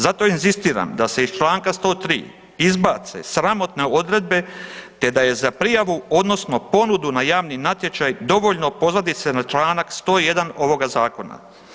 Zato inzistiram da se iz čl. 103. izbace sramotne odredbe, te da je za prijavu odnosno ponudu na javni natječaj dovoljno pozvati se na čl. 101. ovoga zakona.